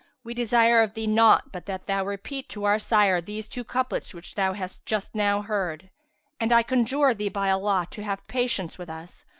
we desire of thee naught but that thou repeat to our sire these two couplets which thou hast just now heard and i conjure thee by allah to have patience with us,